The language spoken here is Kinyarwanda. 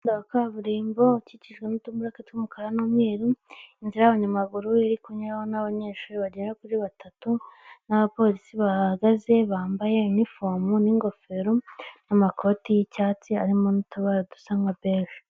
umuhanda w'akaburimbo ukikijwe n'utumodoka tw'umukara n'umweru, inzira y'abanyamaguru irikunyuraho n'abanyeshuri bagera kuri batatu n'abapolisi bahagaze bambaye inifomu n'ingoferu n'amakoti y'icyatsi arimo n'utubara dusa nka beje.